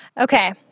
Okay